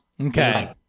Okay